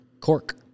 cork